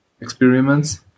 experiments